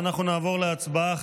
ואנחנו נעבור להצבעה.